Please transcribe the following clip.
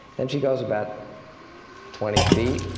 and she goes about twenty feet,